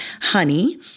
honey